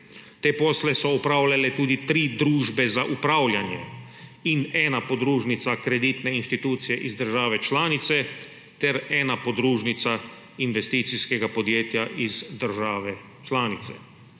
Te posle so opravljale tudi tri družbe za upravljanje in ena podružnica kreditne institucije iz države članice ter ena podružnica investicijskega podjetja iz držav članice.